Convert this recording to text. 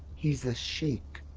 he's a sheikh.